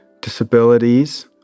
disabilities